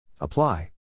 Apply